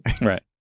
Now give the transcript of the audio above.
right